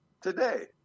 today